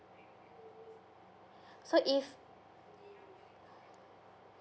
so if